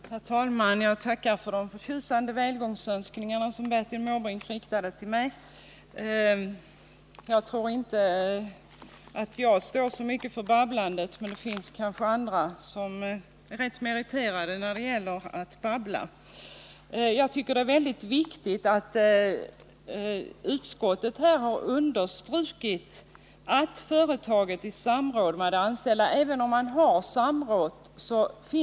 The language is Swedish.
Herr talman! Jag tackar för de förtjusande välgångsönskningar som Bertil Måbrink riktade till mig. Jag vill också säga att jag inte tror att det är jag som står så mycket för babblandet här, utan det finns kanske andra som är rätt meriterade när det gäller att babbla. Det är som jag ser det väldigt viktigt att utskottet har understrukit att företaget utarbetat förslag i samråd med de anställda.